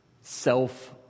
self